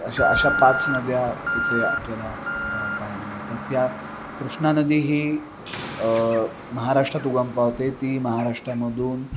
अशा अशा पाच नद्या तिथे आपल्याला पाहायला मिळतात त्या कृष्णा नदी ही महाराष्ट्रात उगम पावते ती महाराष्ट्रामधून